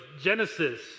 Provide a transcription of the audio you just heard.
Genesis